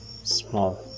Small